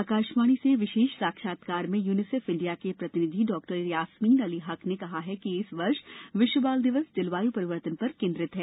आकाशवाणी से विशेष साक्षात्कार में यूनिसेफ इंडिया के प्रतिनिधि डॉ यास्मीन अली हक ने कहा कि इस वर्ष विश्व बाल दिवस जलवायु परिवर्तन पर केंद्रित है